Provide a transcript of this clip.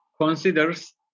considers